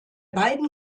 beiden